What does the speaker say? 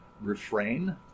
refrain